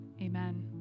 amen